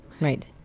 Right